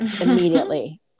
immediately